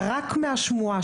רק מהשמועה,